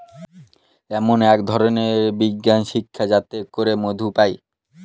এমন এক ধরনের বিজ্ঞান শিক্ষা যাতে করে মধু পায়